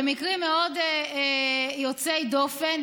במקרים מאוד יוצאי דופן,